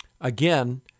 Again